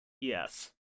yes